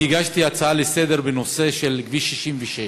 אני הגשתי הצעה לסדר-היום בנושא של כביש 66,